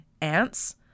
ants